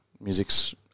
music's